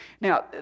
Now